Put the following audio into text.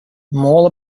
all